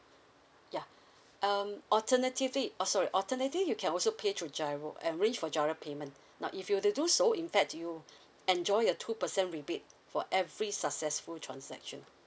ya um alternatively oh sorry alternative you can also pay through giro arrange for giro payment now if you were to do so in fact you enjoy your two percent rebate for every successful transaction